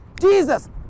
Jesus